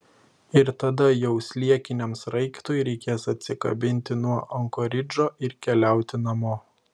ir tada jau sliekiniam sraigtui reikės atsikabinti nuo ankoridžo ir keliauti namo